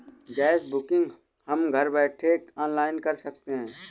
gas booking हम घर बैठे ऑनलाइन कर सकते है